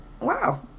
wow